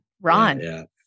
Ron